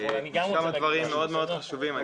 כמה דברים מאוד חשובים,